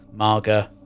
Marga